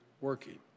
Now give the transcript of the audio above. working